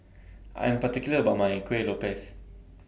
I Am particular about My Kueh Lopes